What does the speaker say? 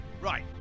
Right